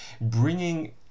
bringing